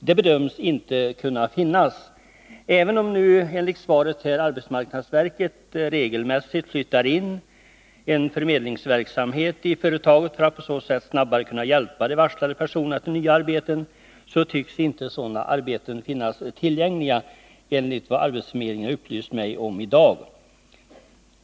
Även om arbetsmarknadsverket, som framgår av svaret, regelmässigt flyttar in en förmedlingsverksamhet i företaget för att på så sätt snabbare kunna hjälpa de varslade personerna till nya arbeten, tycks inte sådana arbeten finnas tillgängliga, enligt vad arbetsförmedlingen har upplyst mig om i dag.